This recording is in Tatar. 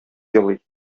елый